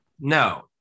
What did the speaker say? No